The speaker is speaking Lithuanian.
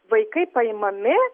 vaikai paimami